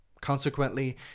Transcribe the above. Consequently